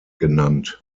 genannt